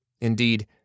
Indeed